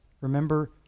Remember